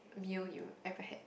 meal you've ever had